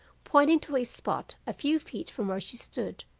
pointing to a spot a few feet from where she stood.